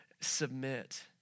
submit